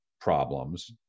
problems